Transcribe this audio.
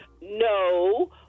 No